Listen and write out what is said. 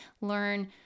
learn